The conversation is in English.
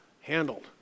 Handled